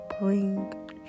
bring